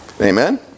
Amen